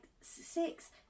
six